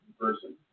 person